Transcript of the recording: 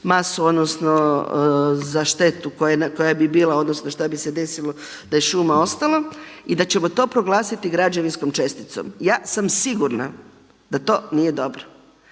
masu odnosno za štetu koja bi bila odnosno šta bi se desilo da je šuma ostala i da ćemo to proglasiti građevinskom česticom. Ja sam sigurna da to nije dobro.